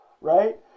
Right